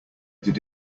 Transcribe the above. did